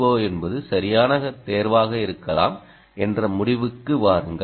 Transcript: ஓ என்பது சரியான தேர்வாக இருக்கலாம் என்ற முடிவுக்கு வாருங்கள்